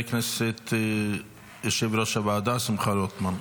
חבר הכנסת שמחה רוטמן.